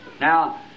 Now